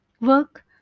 work